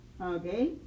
Okay